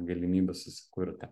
galimybių susikurti